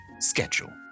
schedule